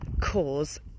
cause